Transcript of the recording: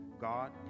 God